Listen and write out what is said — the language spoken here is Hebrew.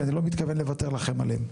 כי אני לא מתכוון לוותר לכם עליהם.